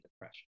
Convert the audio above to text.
depression